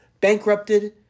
Bankrupted